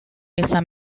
esa